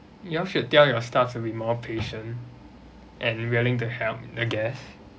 you all should tell your staff to be more patient and willing to help the guest